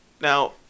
now